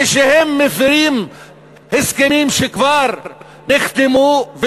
כשהם מפרים הסכמים שכבר נחתמו,